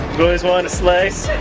boys want a slice?